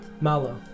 Malo